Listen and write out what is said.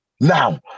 now